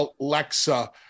Alexa